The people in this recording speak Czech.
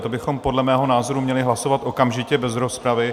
O tom bychom podle mého názoru měli hlasovat okamžitě bez rozpravy.